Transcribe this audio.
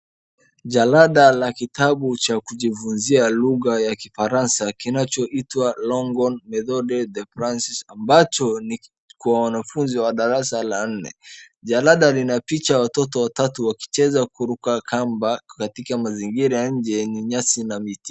Jarada la kitabu cha kujifunzia lugha ya kifaransa kinachoitwa Longhorn Methode de Francais ambacho ni kwa wanafunzi wa darasa la nne. Jarada lina picha ya watoto watatu wakicheza kuruka kamba katika mazingira ya nje yenye mnyasi na miti.